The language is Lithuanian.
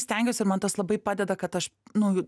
stengiuosi ir man tas labai padeda kad aš nu